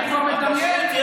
אנחנו נעשה טוב.